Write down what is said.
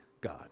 God